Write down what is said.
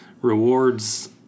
rewards